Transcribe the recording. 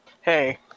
Hey